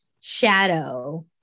shadow